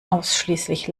ausschließlich